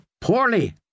Poorly